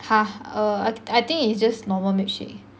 err I think it's just normal milkshake